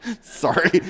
Sorry